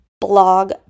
blog